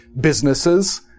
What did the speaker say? businesses